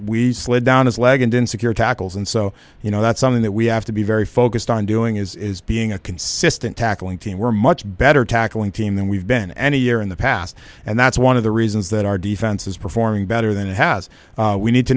we slid down his leg and insecure tackles and so you know that's some that we have to be very focused on doing is being a consistent tackling team we're much better tackling team than we've been any year in the past and that's one of the reasons that our defense is performing better than it has we need to